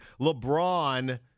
LeBron